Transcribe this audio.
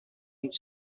meets